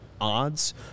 odds